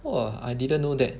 !wah! I didn't know that